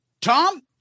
Tom